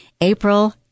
April